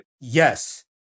Yes